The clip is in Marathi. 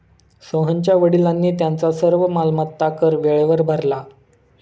सोहनच्या वडिलांनी त्यांचा सर्व मालमत्ता कर वेळेवर भरला